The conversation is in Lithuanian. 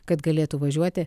kad galėtų važiuoti